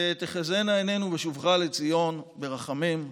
ותחזינה עינינו בשובך לציון ברחמים.